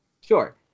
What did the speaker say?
Sure